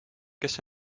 kes